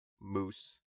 moose